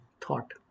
thought